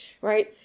right